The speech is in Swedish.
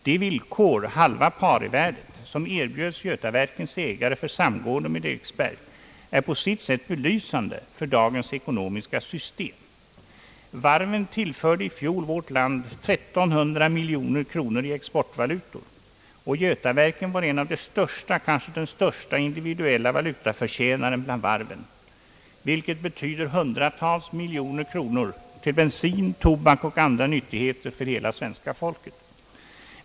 De villkor — halva parivärdet — som erbjöds Götaverkens ägare för samgåendet med Eriksberg är på sitt sätt belysande för dagens ekonomiska system. Varven tillförde i fjol vårt land 1 300 miljoner kronor i exportvalutor. Götaverken var en av de största — kanske den största — individuella valutaförtjä naren bland varven, vilket betyder hundratals miljoner kronor till bensin, tobak och andra nyttigheter för hela svenska folket.